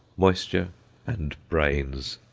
moisture and brains.